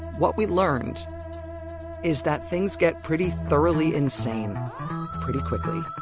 what we learned is that things get pretty thoroughly insane pretty quickly